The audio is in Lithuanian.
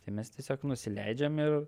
tai mes tiesiog nusileidžiam ir